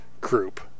group